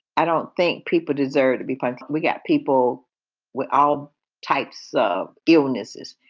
i don't think people deserve to be fined. we got people with all types of illnesses.